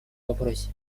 вопросе